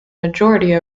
majority